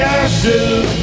ashes